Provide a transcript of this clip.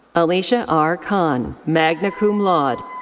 alicia r. khan, magna cum laude.